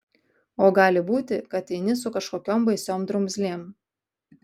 o gali būti kad eini su kažkokiom baisiom drumzlėm